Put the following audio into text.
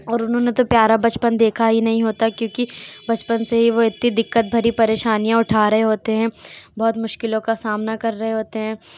اور انہوں نے تو پیارا بچپن دیکھا ہی نہیں ہوتا کیوںکہ بچپن سے ہی وہ اتنی دقت بھری پریشانیاں اٹھا رہے ہوتے ہیں بہت مشکلوں کا سامنا کر رہے ہوتے ہیں